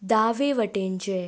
दावे वटेनचें